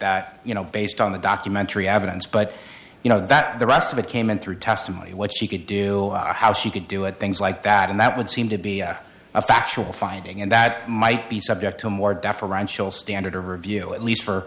that you know based on the documentary evidence but you know that the rest of it came in through testimony what she could do how she could do it things like that and that would seem to be a factual finding and that might be subject to more deferential standard of review at least for